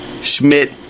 Schmidt